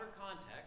context